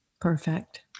Perfect